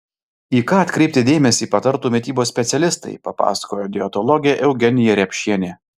į ką atkreipti dėmesį patartų mitybos specialistai papasakojo dietologė eugenija repšienė